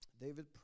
David